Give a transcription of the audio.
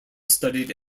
studied